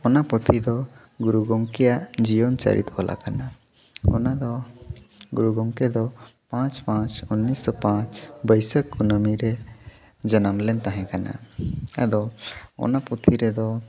ᱚᱱᱟ ᱯᱩᱛᱷᱤ ᱫᱚ ᱜᱩᱨᱩ ᱜᱚᱢᱠᱮᱭᱟᱜ ᱡᱤᱭᱚᱱ ᱪᱚᱨᱤᱛ ᱵᱟᱞᱟ ᱠᱟᱱᱟ ᱚᱱᱟ ᱫᱚ ᱜᱩᱨᱩ ᱜᱚᱢᱠᱮ ᱫᱚ ᱯᱟᱸᱪ ᱯᱟᱸᱪ ᱩᱱᱤᱥᱥᱚ ᱯᱟᱸᱪ ᱵᱟᱹᱭᱥᱟᱹᱠᱷ ᱠᱩᱱᱟᱢᱤ ᱨᱮ ᱡᱟᱱᱟᱢ ᱞᱮᱱ ᱛᱟᱦᱮᱸ ᱠᱟᱱᱟ ᱟᱫᱚ ᱚᱱᱟ ᱯᱩᱛᱷᱤ ᱨᱮᱫᱚ